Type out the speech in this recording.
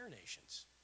nations